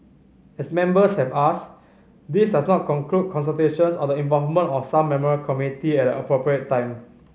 as members have asked this does not conclude consultations or the involvement of some memorial committee at an appropriate time